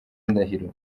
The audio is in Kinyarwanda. ndahiro